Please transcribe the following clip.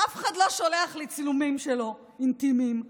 אף אחד לא שולח לי צילומים אינטימיים שלו,